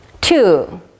Two